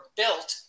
built